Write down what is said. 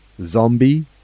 Zombie